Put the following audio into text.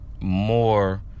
more